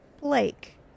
Blake